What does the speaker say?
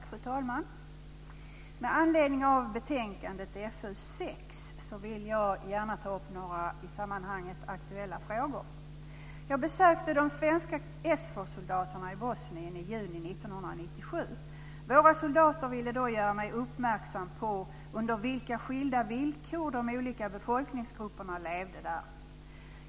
Fru talman! Med anledning av betänkandet FöU6 vill jag ta upp några i sammanhanget aktuella frågor. Jag besökte de svenska SFOR-soldaterna i Bosnien i juni 1997. Våra soldater ville då göra mig uppmärksam på under vilka skilda villkor de olika befolkningsgrupperna levde där.